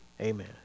Amen